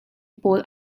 pawl